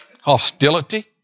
hostility